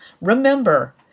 Remember